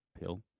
Pill